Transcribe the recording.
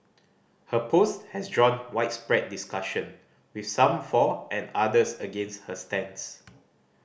her post has drawn widespread discussion with some for and others against her stance